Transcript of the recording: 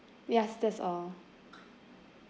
yes that's all